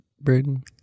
braden